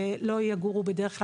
לא יגורו בדרך כלל,